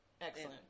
Excellent